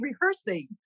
rehearsing